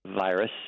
virus